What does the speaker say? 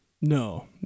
No